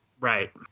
Right